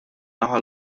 naħa